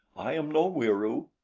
i am no wieroo.